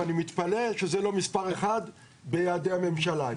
ואני מתפלא שזה לא מספר 1 ביעדי הממשלה.